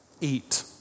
eat